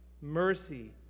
mercy